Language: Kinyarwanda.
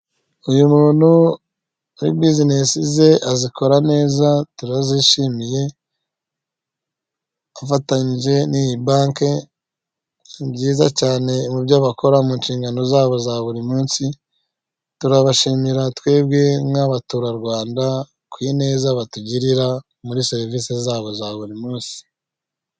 Uyu muntu muri business ze azikora neza turazishimiye, afatanyije n’iyi banke, ni byiza cyane mu byo bakora mu nshingano zabo za buri munsi, turabashimira twebwe nk’Abaturarwanda ku ineza batugirira muri serivisi zabo za buri munsi.